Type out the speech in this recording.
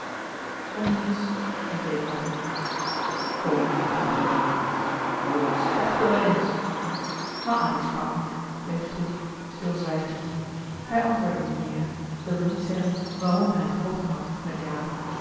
om niets ontweek addy kom zei van der welcke jongens vechten wel eens maar addy sprak niet bleef stroef stilzwijgend hij antwoordde niet meêr wilde niet zeggen waarom hij gevochten had met jaap